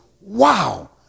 wow